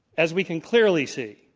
as we can clearly see,